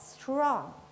strong